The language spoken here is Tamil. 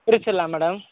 பிரிச்சிர்லாம் மேடம்